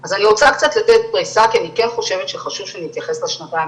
אז אני רוצה קצת לתת פריסה כי אני כן חושבת שחשוב שנתייחס לשנתיים